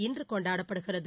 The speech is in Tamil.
இன்று கொண்டாடப்படுகிறது